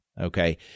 Okay